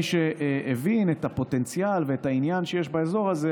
מי שהבין את הפוטנציאל ואת העניין שיש באזור הזה,